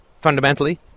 Fundamentally